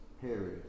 period